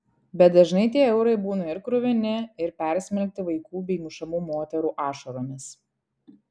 bet dažnai tie eurai būna ir kruvini ir persmelkti vaikų bei mušamų moterų ašaromis